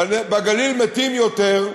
בגליל מתים יותר,